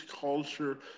culture